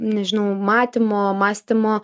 nežinau matymo mąstymo